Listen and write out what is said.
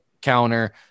counter